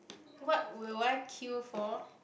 what will I queue for